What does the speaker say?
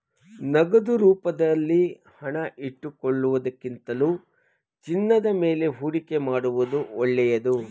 ನಗದು ರೂಪದಲ್ಲಿ ಹಣ ಇಟ್ಟುಕೊಳ್ಳುವುದಕ್ಕಿಂತಲೂ ಚಿನ್ನದ ಮೇಲೆ ಹೂಡಿಕೆ ಮಾಡುವುದು ಒಳ್ಳೆದು